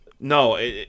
No